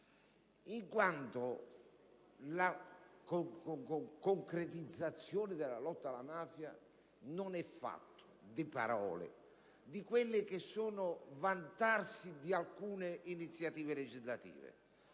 Parlamento. La concretizzazione della lotta alla mafia non è fatta di parole, di un mero vantarsi di alcune iniziative legislative.